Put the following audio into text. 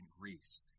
Greece